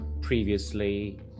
previously